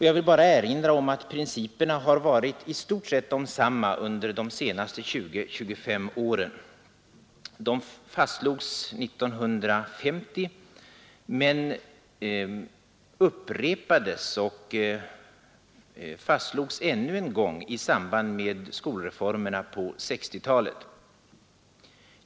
Jag vill bara erinra om att principerna varit i stort sett desamma under de senaste 20—25 åren. De fastslogs 1950, men upprepades och fastslogs ännu en gång i samband med skolreformerna på 1960-talet.